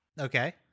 Okay